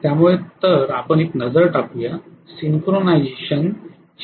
त्यामुळे तर आपण एक नजर टाकूया सिंक्रोनायझेशन synchronization